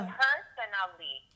personally